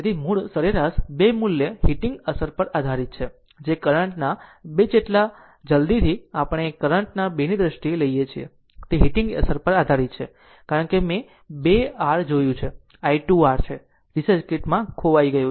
તેથી મૂળ સરેરાશ 2 મૂલ્ય હીટિંગ અસર પર આધારિત છે જે કરંટના 2 જેટલા જલ્દીથી આપણે કરંટના 2 ની દ્રષ્ટિએ લઈએ છીએ તે હીટિંગ અસર પર આધારીત છે કારણ કે મેં 2 આર જોયું છે i 2 r છે DC સર્કિટમાં ખોવાઈ ગઈ